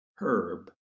Herb